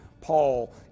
Paul